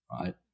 right